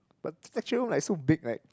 but lecture room like so big like